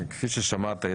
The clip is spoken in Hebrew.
כפי ששמעת,